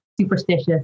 superstitious